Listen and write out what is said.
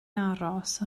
aros